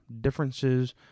differences